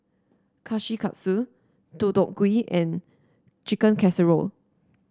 Kushikatsu Deodeok Gui and Chicken Casserole